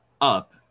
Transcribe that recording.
up